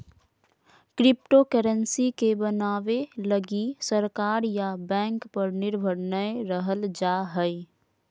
cryptocurrency के बनाबे लगी सरकार या बैंक पर निर्भर नय रहल जा हइ